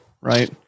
Right